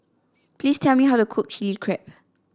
please tell me how to cook Chili Crab